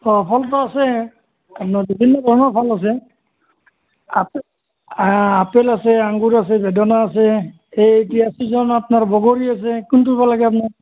অঁ ফলটো আছে আপোনাৰ বিভিন্ন ধৰণৰ ফল আছে আপেল আপেল আছে আঙ্গুৰ আছে বেদনা আছে এই এতিয়া চিজনৰ বগৰী আছে কোনটো বা লাগে আপোনাক